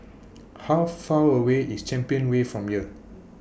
How Far away IS Champion Way from here